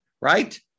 right